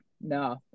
no